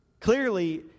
Clearly